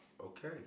Okay